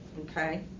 okay